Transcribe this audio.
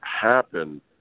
happen